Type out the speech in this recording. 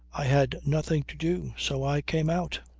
i had nothing to do. so i came out.